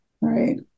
Right